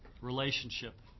relationship